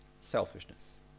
Selfishness